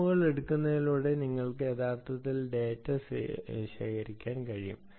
സ്ലാമുകൾ എടുക്കുന്നതിലൂടെ നിങ്ങൾക്ക് യഥാർത്ഥത്തിൽ ഡാറ്റ ശേഖരിക്കാൻ കഴിയും